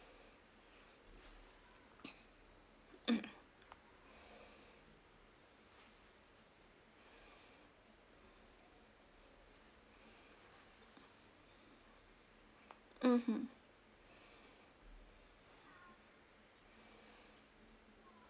mm mm mmhmm